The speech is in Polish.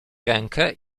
rękę